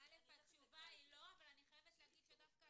כתוב פה שזה יהיה בכיתות ובחצרות כשבעצם אצלנו